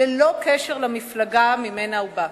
ללא קשר למפלגה שממנה הוא בא.